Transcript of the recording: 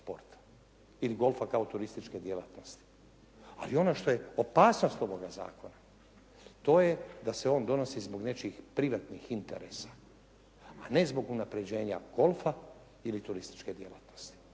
ili golfa kao turističke djelatnosti. Ali ono što je opasnost ovoga zakona to je da se on donosi zbog nečijih privatnih interesa a ne zbog unapređenja golfa ili turističke djelatnosti.